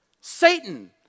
Satan